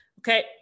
okay